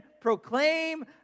proclaim